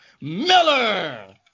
Miller